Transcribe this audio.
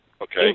Okay